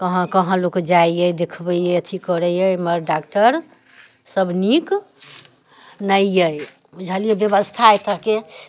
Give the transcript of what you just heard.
कहाँ कहाँ लोक जाइए देखबैये अथी करैये मगर डॉक्टर सब नीक नहि अइ बुझलिए व्यवस्था एतऽके